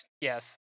Yes